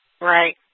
Right